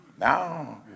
Now